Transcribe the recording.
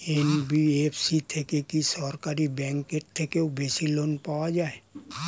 NBFC থেকে কি সরকারি ব্যাংক এর থেকেও বেশি লোন পাওয়া যায়?